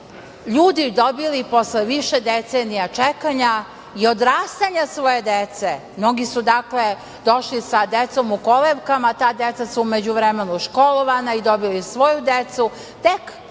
ljudi dobili posle više decenija čekanja i odrastanja svoje dece, mnogi su dakle došli sa decom u kolevkama, a ta deca su u međuvremenu školovana i dobili svoju decu